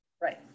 Right